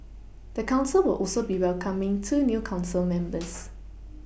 the council will also be welcoming two new council members